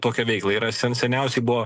tokią veiklą yra sen seniausiai buvo